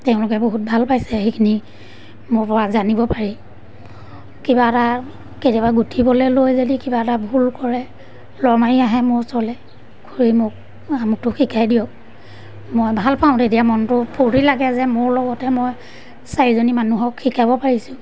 তেওঁলোকে বহুত ভাল পাইছে সেইখিনি মোৰপৰা জানিব পাৰি কিবা এটা কেতিয়াবা গুঠিবলৈ লৈ যদি কিবা এটা ভুল কৰে লৰ মাৰি আহে মোৰ ওচৰলৈ খুৰী মোক আমুকটো শিকাই দিয়ক মই ভাল পাওঁ তেতিয়া মনটো ফূৰ্তি লাগে যে মোৰ লগতে মই চাৰিজনী মানুহক শিকাব পাৰিছোঁ